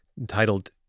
entitled